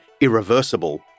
irreversible